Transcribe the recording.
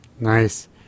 nice